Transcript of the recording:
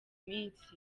minsi